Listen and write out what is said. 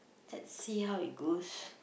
let's see how it goes